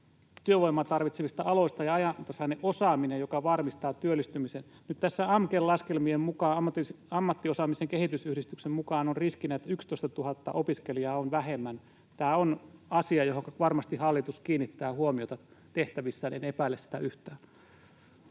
työvoimaa tarvitsevista aloista ja ajantasainen osaaminen, joka varmistaa työllistymisen.” Nyt tässä AMKEn, Ammattiosaamisen kehittämisyhdistyksen, laskelmien mukaan on riskinä, että 11 000 opiskelijaa on vähemmän. Tämä on asia, johon varmasti hallitus kiinnittää huomiota tehtävissään, en epäile sitä yhtään.